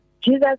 Jesus